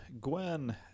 Gwen